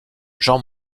jean